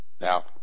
Now